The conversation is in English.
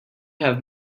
have